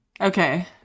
Okay